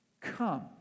Come